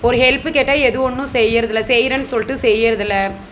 ஒரு ஹெல்பு கேட்டால் எது ஒன்றும் செய்கிறதில்ல செய்கிறன்னு சொல்லிடு செய்கிறதில்ல